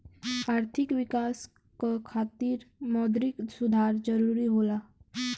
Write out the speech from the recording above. आर्थिक विकास क खातिर मौद्रिक सुधार जरुरी होला